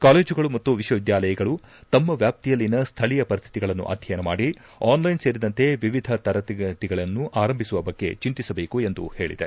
ಕಾಲೇಜುಗಳು ಮತ್ತು ವಿಶ್ವ ವಿದ್ಯಾಲಯಗಳು ತಮ್ಮ ವ್ವಾಪ್ತಿಯಲ್ಲಿನ ಸ್ಥೀಯ ಪರಿಸ್ಥಿತಿಗಳನ್ನು ಅಧ್ಯಯನ ಮಾಡಿ ಆನ್ಲೈನ್ ಸೇರಿದಂತೆ ವಿವಿಧ ತರಗತಿಗಳನ್ನು ಆರಂಭಿಸುವ ಬಗ್ಗೆ ಚಿಂತಿಸಬೇಕು ಎಂದು ಪೇಳಿದೆ